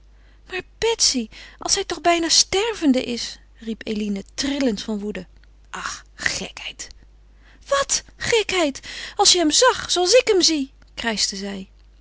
betsy als hij toch bijna stervende is riep eline trillend van woede ach gekheid wat gekheid als je hem zag zooals ik hem zie krijschte zij